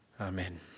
Amen